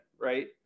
right